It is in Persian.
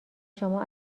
شما